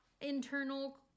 internal